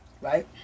right